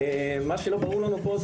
מה שלא ברור לנו פה,